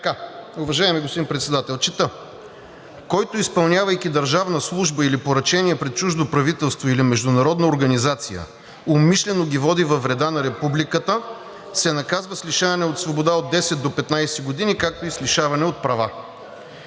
точно. Уважаеми господин Председател, чета: „Който, изпълнявайки държавна служба или поръчение пред чуждо правителство или международна организация, умишлено ги води във вреда на Републиката, се наказва с лишаване от свобода от 10 до 15 години, както и с лишаване от права.“